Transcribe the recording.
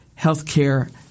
healthcare